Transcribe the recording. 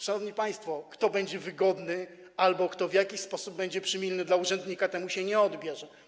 Szanowni państwo, kto będzie wygodny albo w jakiś sposób będzie przymilny wobec urzędnika, temu się jej nie odbierze.